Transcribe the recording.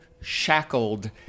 Shackled